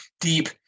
deep